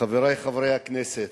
חברי חברי הכנסת,